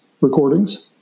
recordings